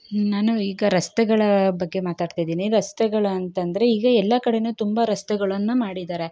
ನಾನು ಈಗ ರಸ್ತೆಗಳ ಬಗ್ಗೆ ಮಾತಾಡ್ತಿದ್ದೀನಿ ರಸ್ತೆಗಳು ಅಂತಂದರೆ ಈಗ ಎಲ್ಲ ಕಡೆನೂ ತುಂಬ ರಸ್ತೆಗಳನ್ನು ಮಾಡಿದ್ದಾರೆ